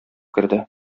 керде